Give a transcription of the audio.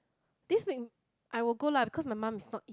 this week I will go lah because my mum is not